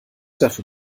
dafür